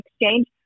exchange